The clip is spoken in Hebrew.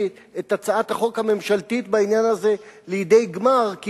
את הצעת החוק הממשלתית בעניין הזה לידי גמר,